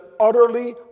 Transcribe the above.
utterly